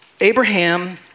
Abraham